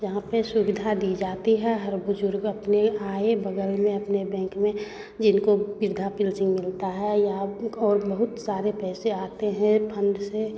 जहाँ पर सुविधा दी जाती है हर बुज़ुर्ग अपने आए बगल में अपने बैंक में जिनको विरधा पिल्सिंग मिलता है या और बहुत सारे पैसे आते हैं फंड से